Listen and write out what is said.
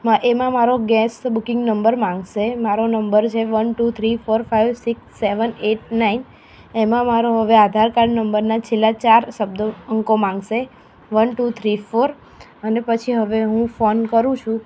હા એમાં મારો ગેસ બુકિંગ નંબર માંગશે મારો નંબર છે one two three four five six seven eight nine એમાં મારો હવે આધારકાર્ડ નંબરના છેલ્લા ચાર શબ્દો અંકો માંગશે વન ટુ થ્રી ફોર અને પછી હવે હું ફોન કરું છું